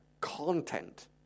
content